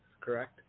correct